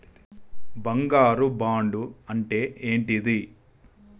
బంగారు బాండు అంటే ఏంటిది?